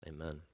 amen